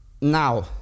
Now